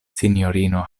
sinjorino